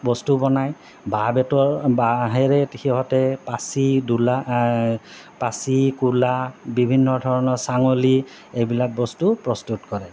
বস্তু বনায় বাঁহ বেতৰ বাঁহেৰে সিহঁতে পাচি দলা পাচি কুলা বিভিন্ন ধৰণৰ ছাঙলী এইবিলাক বস্তু প্ৰস্তুত কৰে